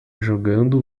jogando